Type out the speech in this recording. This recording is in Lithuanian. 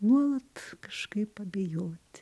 nuolat kažkaip abejoti